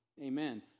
Amen